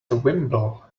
wimble